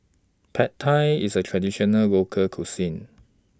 Pad Thai IS A Traditional Local Cuisine